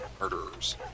murderers